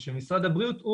של משרד הבריאות,